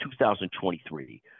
2023